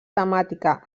temàtica